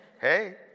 hey